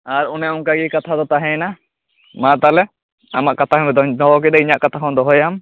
ᱟᱨ ᱚᱱᱮ ᱚᱱᱠᱟ ᱜᱮ ᱠᱟᱛᱷᱟ ᱫᱚ ᱛᱟᱦᱮᱭᱮᱱᱟ ᱢᱟ ᱛᱟᱦᱚᱞᱮ ᱟᱢᱟᱜ ᱠᱟᱛᱷᱟ ᱦᱚᱧ ᱫᱚᱦᱚ ᱠᱮᱫᱟᱧ ᱤᱧᱟᱹᱜ ᱠᱟᱛᱷᱟ ᱦᱚᱸ ᱫᱚᱦᱚᱭᱟᱢ